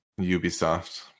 Ubisoft